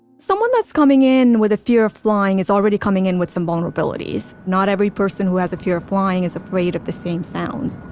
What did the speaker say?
someone that's coming in with a fear of flying is already coming in with some vulnerabilities not every person who has a fear of flying is afraid of the same sounds.